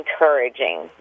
encouraging